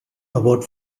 about